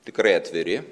tikrai atviri